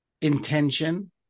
intention